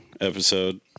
episode